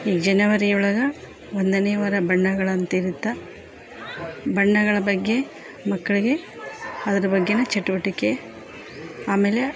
ಈ ಜನವರಿ ಒಳಗೆ ಒಂದನೆಯ ವಾರ ಬಣ್ಣಗಳಂತಿರುತ್ತೆ ಬಣ್ಣಗಳ ಬಗ್ಗೆ ಮಕ್ಕಳಿಗೆ ಅದ್ರ ಬಗ್ಗೆ ಚಟುವಟಿಕೆ ಆಮೇಲೆ